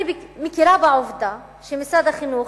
אני מכירה בעובדה שמשרד החינוך,